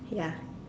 ya